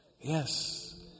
Yes